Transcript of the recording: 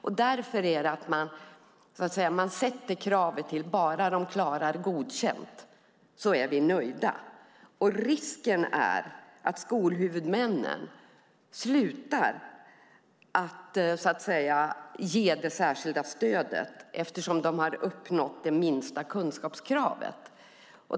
Om man sätter kravet så att man är nöjd bara eleverna klarar betyget Godkänd är risken att skolhuvudmännen slutar att ge det särskilda stödet när eleverna har uppnått det minsta kunskapskravet.